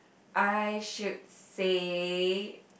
I should say